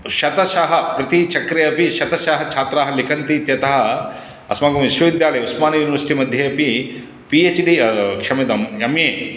शतशः प्रतिचक्रे अपि शतशः छात्राः लिखन्ति यथा अस्माकं विश्वविद्यालय उस्मानिय युनिवर्सिटि मध्ये अपि पि एच् डि क्षम्यतां एम् ए